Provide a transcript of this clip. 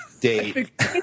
date